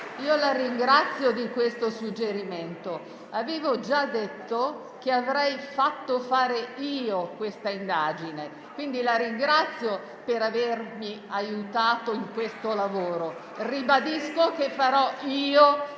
io la ringrazio di questo suggerimento. Avevo già detto che avrei fatto svolgere l'indagine. Quindi, la ringrazio per avermi aiutato in questo lavoro. Ribadisco che la